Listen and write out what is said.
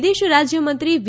વિદેશ રાજયમંત્રી વી